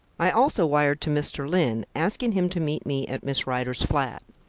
i also wired to mr. lyne, asking him to meet me at miss rider's flat.